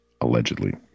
allegedly